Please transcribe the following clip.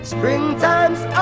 Springtime's